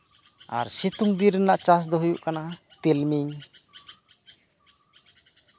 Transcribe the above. ᱥᱟᱨ ᱥᱤᱛᱩᱝ ᱫᱤᱱ ᱨᱮᱭᱟᱜ ᱪᱟᱥ ᱫᱚ ᱦᱩᱭᱩᱜ ᱠᱟᱱᱟ ᱛᱤᱞᱢᱤᱧ